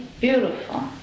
beautiful